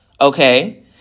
Okay